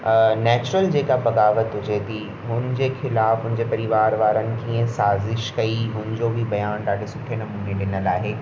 natural जेका बग़ावत हुजे थी हुनजे ख़िलाफ हुनजे परिवार वारनि कीअं साज़िश कई हुनजो बि बयानु ॾाढे सुठे नमूने ॾिनल आहे